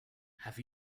have